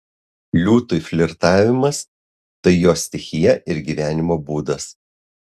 liūtui flirtavimas tai jo stichija ir gyvenimo būdas